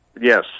Yes